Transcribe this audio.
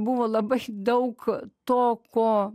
buvo labai daug to ko